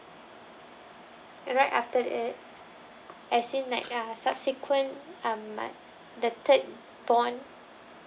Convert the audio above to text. right after uh as in like uh subsequent um like the third born